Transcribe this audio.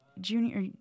junior